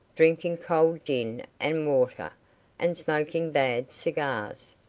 drinking cold gin and water, and smoking bad cigars.